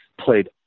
played